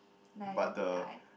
neither did I